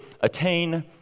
attain